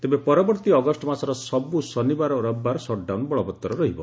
ତେବେ ପରବର୍ଭୀ ଅଗଷ୍ ମାସର ସବୁ ଶନିବାର ଓ ରବିବାର ସଟ୍ଡାଉନ୍ ବଳବତ୍ତର ରହିବ